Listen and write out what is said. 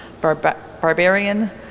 barbarian